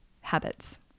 habits